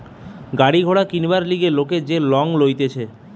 গাড়ি ঘোড়া কিনবার লিগে লোক যে লং লইতেছে